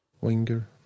winger